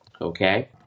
Okay